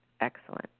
Excellent